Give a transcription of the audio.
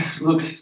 Look